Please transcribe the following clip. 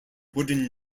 wooden